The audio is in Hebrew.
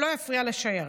שלא יפריע לשיירה.